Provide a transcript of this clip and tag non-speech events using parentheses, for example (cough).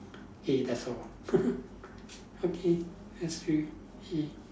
okay that's all (laughs) okay let's to see